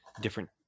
different